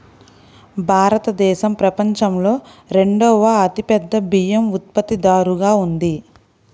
భారతదేశం ప్రపంచంలో రెండవ అతిపెద్ద బియ్యం ఉత్పత్తిదారుగా ఉంది